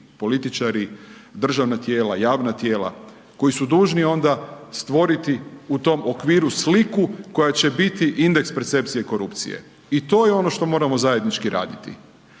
političari, državna tijela, javna tijela koji su dužni onda stvoriti u tom okviru sliku koja će biti indeks percepcije korupcije. I to je ono što moramo zajednički raditi.